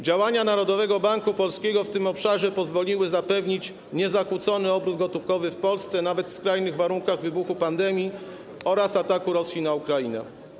Działania Narodowego Banku Polskiego w tym obszarze pozwoliły zapewnić niezakłócony obrót gotówkowy w Polsce nawet w skrajnych warunkach wybuchu pandemii oraz ataku Rosji na Ukrainę.